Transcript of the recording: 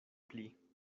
pli